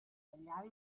tagliare